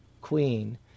queen